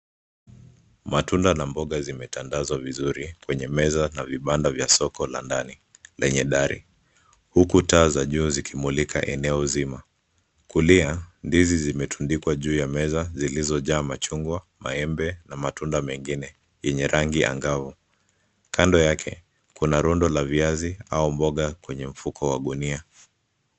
Matunda na mboga zimetandazwa vizuri kwenye meza na vibanda vya soko la ndani lenye dari. Huku taa za juu zikimulika eneo zima. Kulia, ndizi zimetundikwa juu ya meza zilizojaa: machungwa, maembe na matunda mengine yenye rangi angavu. Kando yake, kuna rundo la viazi au mboga kwenye mfuko wa gunia.